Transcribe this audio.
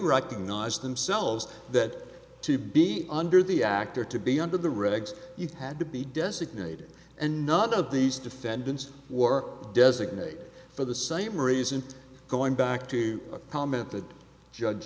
recognize themselves that to be under the act or to be under the regs you've had to be designated and not of these defendants were designated for the same reason going back to a comment that judge